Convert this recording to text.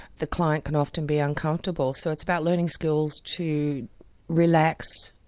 the client can often be uncomfortable, so it's about learning skills to relax,